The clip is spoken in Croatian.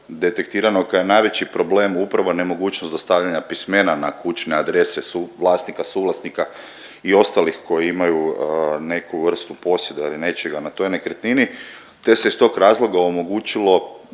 detektirano je kao najveći problem upravo nemogućnost dostavljanja pismena na kućne adrese vlasnika, suvlasnika i ostalih koji imaju neku vrstu posjeda ili nečega na toj nekretnini, te se iz tog razloga omogućilo